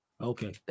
Okay